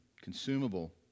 consumable